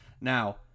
Now